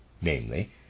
namely